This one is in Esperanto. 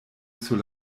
sur